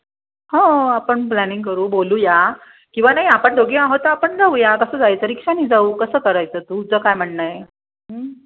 हो आपण प्लॅनिंग करू बोलूया किंवा नाही आपण दोघी आहोत आपण जाऊया कसं जायचं रिक्षानी जाऊ कसं करायचं तूझं काय म्हणणं आहे